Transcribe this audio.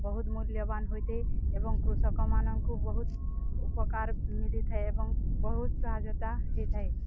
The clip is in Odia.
ବହୁତ୍ ମୂଲ୍ୟବାନ୍ ହୋଇଥାଏ ଏବଂ କୃଷକମାନଙ୍କୁ ବହୁତ ଉପକାର ମିଳିଥାଏ ଏବଂ ବହୁତ ସାହାୟତା ହୋଇଥାଏ